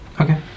Okay